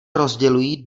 rozdělují